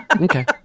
Okay